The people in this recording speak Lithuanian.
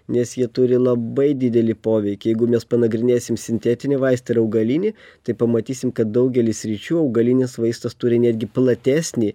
nes jie turi labai didelį poveikį jeigu mes panagrinėsim sintetinį vaistą ir augalinį tai pamatysim kad daugely sričių augalinis vaistas turi netgi platesnį